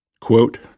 quote